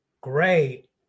great